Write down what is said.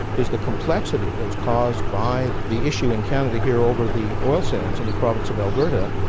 is the complexity that's caused by the issue in canada here over the oil sands in the province of alberta,